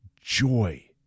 joy